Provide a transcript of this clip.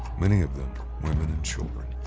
many of them women and children.